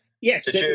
yes